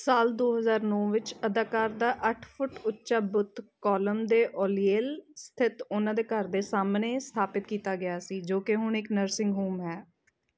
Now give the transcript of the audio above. ਸਾਲ ਦੋ ਹਜ਼ਾਰ ਨੌਂ ਵਿੱਚ ਅਦਾਕਾਰ ਦਾ ਅੱਠ ਫੁੱਟ ਉੱਚਾ ਬੁੱਤ ਕੋਲਮ ਦੇ ਓਲੇਇਲ ਸਥਿਤ ਉਹਨਾਂ ਦੇ ਘਰ ਦੇ ਸਾਹਮਣੇ ਸਥਾਪਤ ਕੀਤਾ ਗਿਆ ਸੀ ਜੋ ਕਿ ਹੁਣ ਇੱਕ ਨਰਸਿੰਗ ਹੋਮ ਹੈ